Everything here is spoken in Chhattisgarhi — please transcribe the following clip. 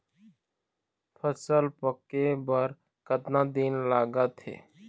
फसल पक्के बर कतना दिन लागत हे?